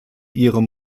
ihrem